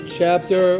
chapter